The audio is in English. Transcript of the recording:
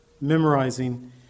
memorizing